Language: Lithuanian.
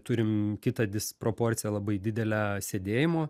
turim kitą disproporciją labai didelę sėdėjimo